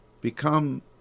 become